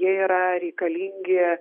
jie yra reikalingi